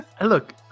Look